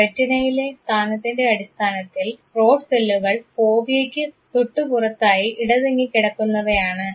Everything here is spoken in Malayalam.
റെറ്റിനയിലെ സ്ഥാനത്തിൻറെ അടിസ്ഥാനത്തിൽ റോഡ് സെല്ലുകൾ ഫോവിയയ്ക്ക് തൊട്ട് പുറത്തായി ഇടതിങ്ങി കിടക്കുന്നവയാണ്